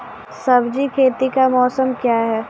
सब्जी खेती का मौसम क्या हैं?